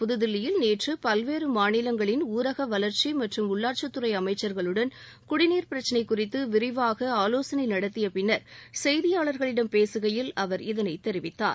புதுதில்லியில் நேற்று பல்வேறு மாநிலங்களின் ஊரக வளர்ச்சி மற்றும் உள்ளாட்சித்துறை அமைச்சர்களுடன் குடிநீர் பிரச்சனை குறித்து விரிவாக ஆலோசனை நடத்திய பின்னர் செய்தியாளர்களிடம் பேசுகையில் அவர் இதனைத் தெரிவித்தார்